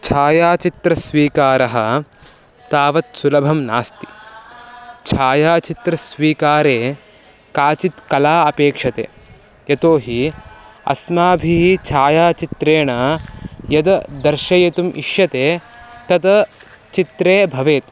छायाचित्रस्वीकारः तावत् सुलभं नास्ति छायाचित्रस्वीकारे काचित् कला अपेक्षते यतोहि अस्माभिः छायाचित्रेण यद् दर्शयितुम् इष्यते तत् चित्रे भवेत्